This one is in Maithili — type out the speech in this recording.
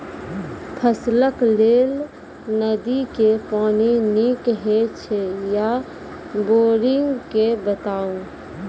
फसलक लेल नदी के पानि नीक हे छै या बोरिंग के बताऊ?